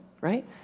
right